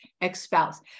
ex-spouse